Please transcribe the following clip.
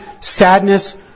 sadness